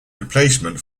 replacement